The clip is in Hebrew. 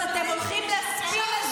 את השירות הסדיר,